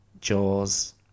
Jaws